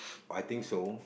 I think so